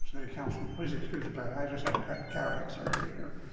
city council. please excuse the glare, i just had cataract cataract surgery here.